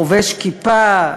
חובש כיפה,